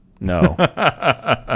No